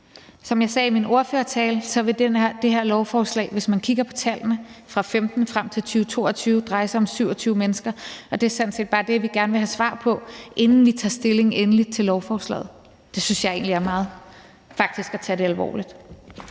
Som jeg sagde i min ordførertale, vil det her lovforslag, hvis man kigger på tallene fra 2015 og frem til 2022, dreje sig om 27 mennesker, og det er sådan set bare det, vi gerne vil have svar på, inden vi tager endeligt stilling til lovforslaget. Det synes jeg faktisk egentlig er at tage det meget alvorligt.